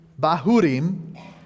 Bahurim